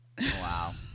Wow